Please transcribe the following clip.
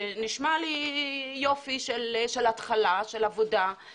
שזה נשמע לי יופי של התחלה של עבודה,